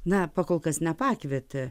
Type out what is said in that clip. na pakolkas nepakvietė